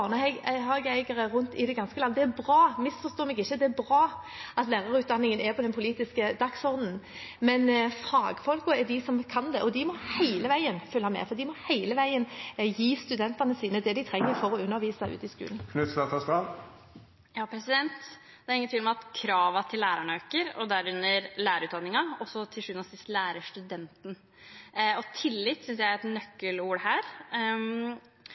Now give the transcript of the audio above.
rundt i det ganske land. Misforstå meg ikke, det er bra at lærerutdanningen er på den politiske dagsordenen. Men fagfolkene er de som kan det, og de må hele veien følge med, og de må hele veien gi studentene sine det de trenger for å undervise ute i skolen. Det er ingen tvil om at kravene til lærerne øker, derunder til lærerutdanningen, og til syvende og sist til lærerstudenten. Jeg synes tillit er et nøkkelord her.